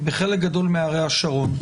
היא בחלק גדול מערי השרון.